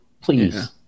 Please